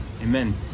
Amen